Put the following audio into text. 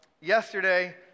Yesterday